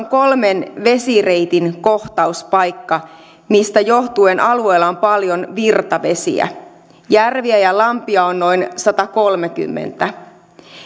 kolmen vesireitin kohtauspaikka mistä johtuen alueella on paljon virtavesiä järviä ja lampia on noin satakolmekymmentä